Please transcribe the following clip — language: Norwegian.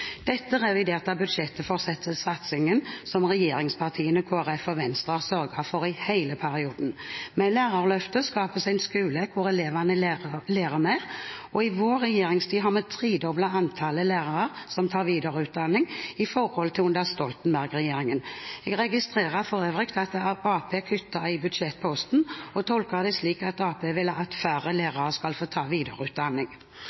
budsjettet fortsetter satsingen som regjeringspartiene, Kristelig Folkeparti og Venstre har sørget for i hele perioden. Med Lærerløftet skapes en skole hvor elevene lærer mer. I vår regjeringstid har vi tredoblet antallet lærere som tar videreutdanning, i forhold til hvordan det var under Stoltenberg-regjeringen. Jeg registrerer for øvrig at Arbeiderpartiet kutter i den budsjettposten, og tolker det slik at de vil at færre